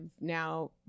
now